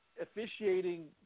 Officiating